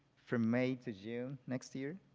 from may to june next year.